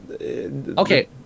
Okay